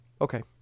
Okay